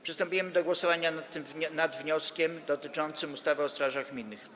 Przystępujemy do głosowania nad wnioskiem dotyczącym ustawy o strażach gminnych.